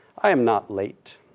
i am not late.